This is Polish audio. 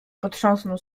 potrząsnął